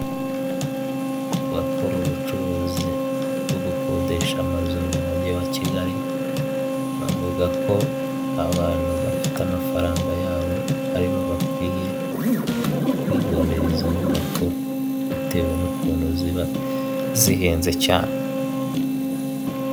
Muri iki gihe ibintu byaroroshye, ushobora kuba wibereye iwawe ugatumiza ibiribwa bitandukanye nk'inyama ndetse n'ibindi bakabikugezaho aho waba uri hose. Hari imodoka zibishinzwe urahamagara ukavuga aho uri ukabarangira neza bakabikuzanira ibi byoroheje ibintu byinshi.